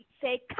say